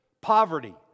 poverty